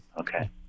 okay